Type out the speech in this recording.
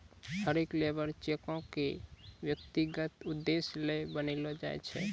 हरेक लेबर चेको क व्यक्तिगत उद्देश्य ल बनैलो जाय छै